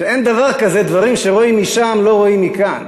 שאין דבר כזה "דברים שרואים משם לא רואים מכאן",